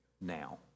now